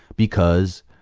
because,